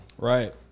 Right